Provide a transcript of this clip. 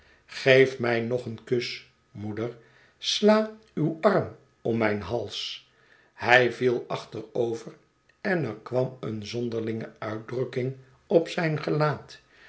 geef mij nog een kus moeder sla uw arm om mijn hals hij viel achterover en er kwam een zonderlinge uitdrukking op zijn gelaat